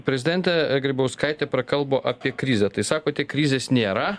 prezidentė grybauskaitė prakalbo apie krizę tai sakote krizės nėra